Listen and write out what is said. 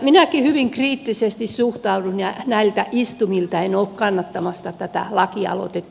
minäkin hyvin kriittisesti suhtaudun ja näiltä istumilta en ole kannattamassa tätä lakialoitetta